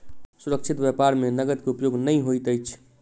सुरक्षित व्यापार में नकद के उपयोग नै होइत अछि